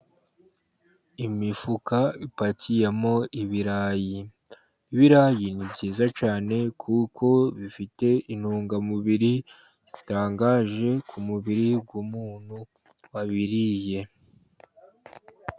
Imifuka ipakiyemo ibirayi, ibirayi ni byiza cyane kuko bifite intungamubiri zitangaje, ku mubiri w'umuntu wabiriye.